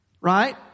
right